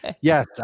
Yes